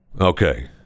Okay